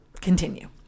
Continue